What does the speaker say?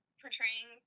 portraying